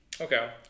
Okay